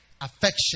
Affection